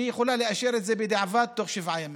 והיא יכולה לאשר את זה בדיעבד תוך שבעה ימים.